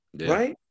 Right